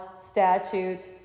statutes